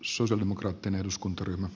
arvoisa puhemies